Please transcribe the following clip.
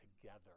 together